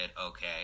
okay